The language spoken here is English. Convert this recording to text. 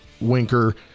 Winker